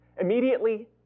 immediately